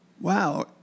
wow